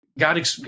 God